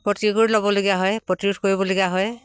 ল'বলগীয়া হয় প্ৰতিৰোধ কৰিবলগীয়া হয়